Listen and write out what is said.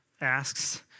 asks